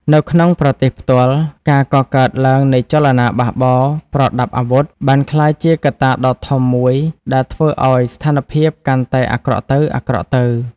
នៅក្នុងប្រទេសផ្ទាល់ ការកកើតឡើងនៃចលនាបះបោរប្រដាប់អាវុធ បានក្លាយជាកត្តាដ៏ធំមួយដែលធ្វើឱ្យស្ថានភាពកាន់តែអាក្រក់ទៅៗ។